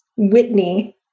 Whitney